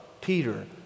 Peter